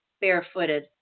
barefooted